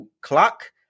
clock